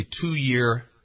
two-year